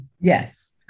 Yes